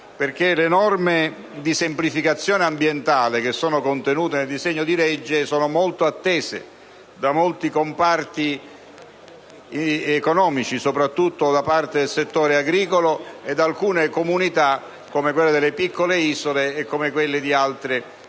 le norme di semplificazione ambientale contenute nel disegno di legge sono molto attese da molti comparti economici e soprattutto da parte del settore agricolo e di alcune comunità, come quelle delle piccole isole e di altre comunità